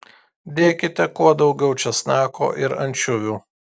dėkite kuo daugiau česnako ir ančiuvių